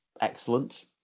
excellent